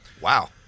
wow